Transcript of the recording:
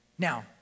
Now